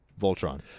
Voltron